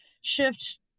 shift